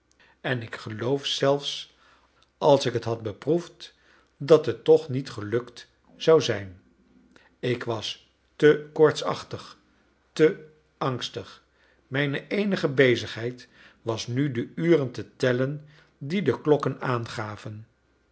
en ik geloof zelfs als ik het had beproefd dat het toch niet gelukt zou zijn ik was te koortsachtig te angstig mijne eenige bezigheid was nu de uren te tellen die de klokken aangaven